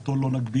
אותו לא נגביל.